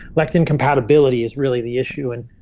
lectin compatibility is really the issue. and